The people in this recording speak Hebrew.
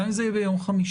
גם אם זה יהיה ביום חמישי.